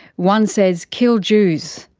one says kill jews,